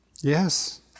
Yes